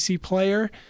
player